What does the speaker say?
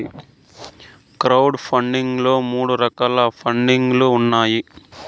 crowd funding లో మూడు రకాల పండింగ్ లు ఉన్నాయి